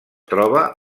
troba